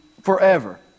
forever